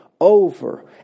over